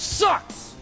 sucks